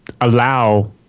allow